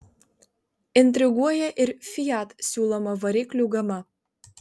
intriguoja ir fiat siūloma variklių gama